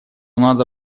надо